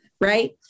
right